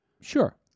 Sure